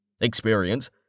Experience